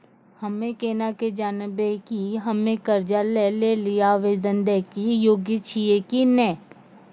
हम्मे केना के जानबै कि हम्मे कर्जा लै लेली आवेदन दै के योग्य छियै कि नै?